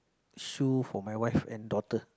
shoe for my wife and daughter